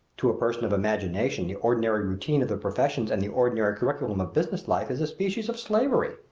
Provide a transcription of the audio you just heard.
to a person of imagination the ordinary routine of the professions and the ordinary curriculum of business life is a species of slavery.